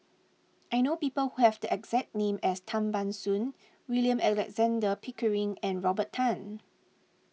I know people who have the exact name as Tan Ban Soon William Alexander Pickering and Robert Tan